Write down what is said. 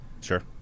Sure